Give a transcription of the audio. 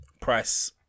price